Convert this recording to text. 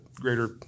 greater